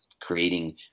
creating